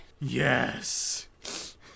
Yes